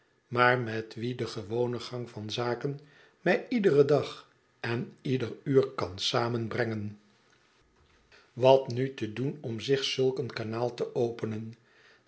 maar met wien de gewone gang van zaken mij iederen dag en ieder uur kan samenbrengen wat nu te doen om zich zulk een kanaal te openen